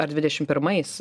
ar dvidešim pirmais